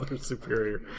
superior